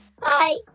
bye